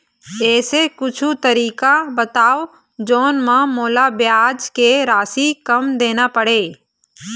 ऐसे कुछू तरीका बताव जोन म मोला ब्याज के राशि कम देना पड़े?